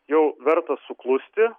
jau verta suklusti